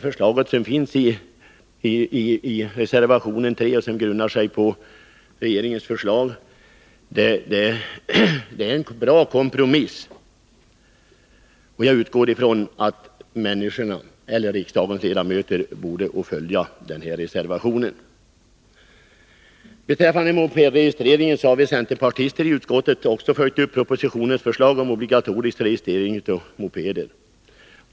Förslaget i reservation 3, som grundar sig på regeringens förslag, är en bra kompromiss. Jag anser att riksdagens ledamöter borde följa denna reservation. Beträffande mopedregistrering har vi centerpartister i utskottet följt propositionens förslag om obligatorisk registrering av mopeder.